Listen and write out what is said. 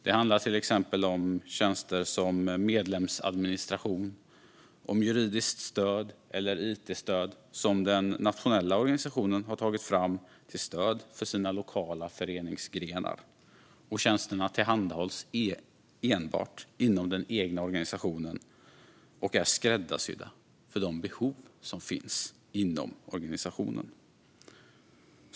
Det handlar till exempel om tjänster som medlemsadministration, juridiskt stöd eller it-stöd som den nationella organisationen har tagit fram till stöd för sina lokala föreningsgrenar. Tjänsterna tillhandahålls enbart inom den egna organisationen och är skräddarsydda för de behov som finns inom organisationen.